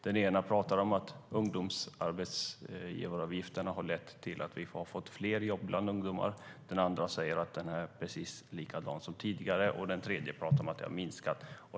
Den ene säger att ungdomsarbetsgivaravgifterna har lett till att vi har fått fler jobb för ungdomar, den andre säger att det är precis likadant som tidigare, och den tredje pratar om att det har minskat.